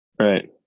Right